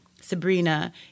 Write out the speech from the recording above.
Sabrina